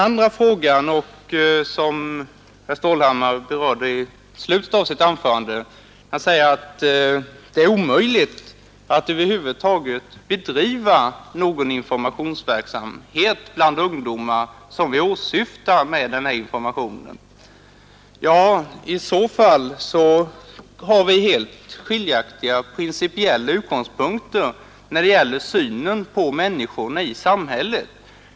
Vidare sade herr Stålhammar i slutet av sitt anförande att det är omöjligt att över huvud taget bedriva någon informationsverksamhet bland de ungdomar som vi syftar till att nå med denna information. Ja, i så fall har vi helt skiljaktiga principiella utgångspunkter när det gäller synen på människorna i samhället.